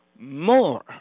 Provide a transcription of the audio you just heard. more